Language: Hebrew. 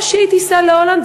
או שהיא תיסע להולנד,